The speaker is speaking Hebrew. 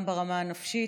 גם ברמה הנפשית,